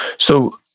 so,